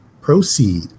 proceed